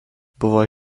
buvo